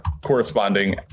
corresponding